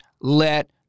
let